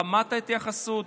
רמת ההתייחסות,